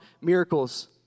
miracles